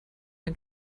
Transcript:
ein